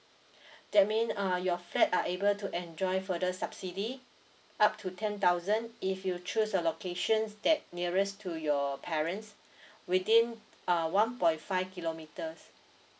that mean uh your flat are able to enjoy further subsidy up to ten thousand if you choose a locations that nearest to your parents within uh one point five kilometres